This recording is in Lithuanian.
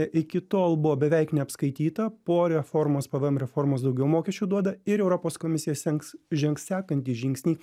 iki tol buvo beveik neapskaityta po reformos pvm reformos daugiau mokesčių duoda ir europos komisija senks žengs sekantį žingsnį